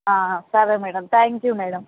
సరే madam thank you madam